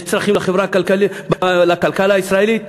יש צרכים לכלכלה הישראלית?